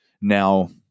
Now